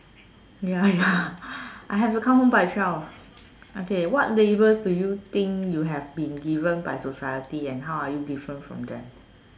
ya ya I have to come home by twelve okay what labels do you think you have being given by society and how are you different from them